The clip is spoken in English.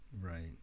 Right